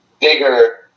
bigger